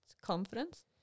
confidence